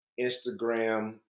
Instagram